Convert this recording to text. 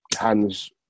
hands